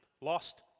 Lost